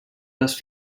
les